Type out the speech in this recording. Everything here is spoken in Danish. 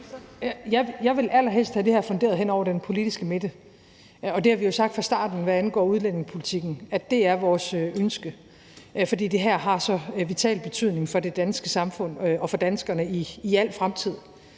Jeg vil allerhelst have det her funderet hen over den politiske midte, og vi har jo sagt fra starten, hvad angår udlændingepolitikken, at det er vores ønske. For det her har så vital betydning for det danske samfund og for danskerne i al fremtid,